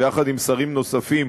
ויחד עם שרים נוספים